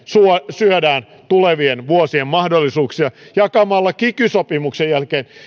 syödään tulevien vuosien mahdollisuuksia jakamalla kiky sopimuksen jälkeen